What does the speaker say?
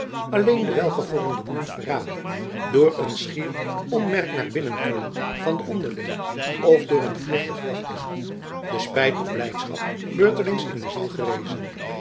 alleen de welgevormde mond verraadde door een schier onmerkbaar naar binnen krullen van de onderlip of door een vluchtig lachjen de spijt of de blijdschap beurtelings in de ziel gerezen